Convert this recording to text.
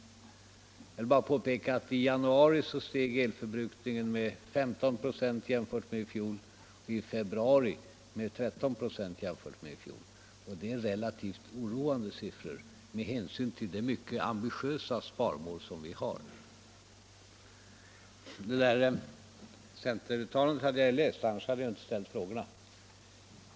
Jag vill bara påpeka att i januari steg elförbrukningen med 15 96 jämfört med i fjol, i februari med 13 94 jämfört med i fjol. Det är relativt oroande siffror med hänsyn till de mycket ambitiösa sparmål som vi har. Centertalet hade jag läst, annars hade jag inte ställt frågorna.